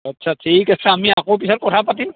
আচ্ছা ঠিক আছে আমি আকৌ পিছত কথা পাতিম